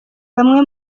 bamwe